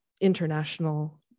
international-